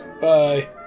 Bye